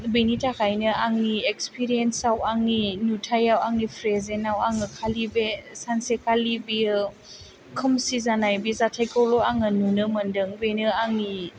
बेनि थाखायनो आंनि एक्सपेरिएन्स आव आंनि नुथाइ आव आंनि फ्रेजेनाव आङो खालि बे सानसेखालि बियो खोमसि जानाय बे जाथायखौल' आङो नुनो मोनदों बेनो आंनि